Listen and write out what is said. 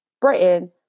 Britain